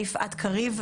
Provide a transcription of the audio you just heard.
יפעת קריב,